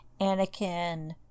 Anakin